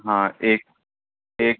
ہاں ایک ایک